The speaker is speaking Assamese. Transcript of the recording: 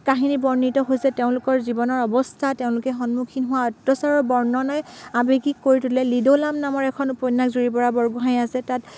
কাহিনী বৰ্ণিত হৈছে তেওঁলোকৰ জীৱনৰ অৱস্থা তেওঁলোকে সন্মুখীন হোৱা অত্যাচাৰৰ বৰ্ণনাই আৱেগিক কৰি তোলে লিড'লাম নামৰ এখন উপন্যাস জুৰি বৰা বৰগোহাঞি আছে তাত